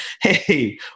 hey